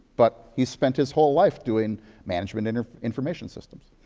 but he spent his whole life doing management and information systems.